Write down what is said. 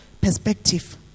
perspective